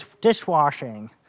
dishwashing